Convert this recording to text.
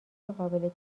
قابل